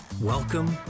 Welcome